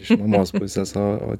iš mamos pusės o o